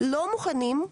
לא לחינם,